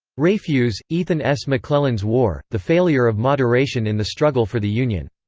rafuse, ethan s. mcclellan's war the failure of moderation in the struggle for the union.